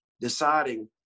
deciding